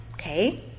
Okay